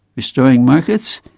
restoring markets,